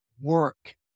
work